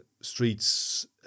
streets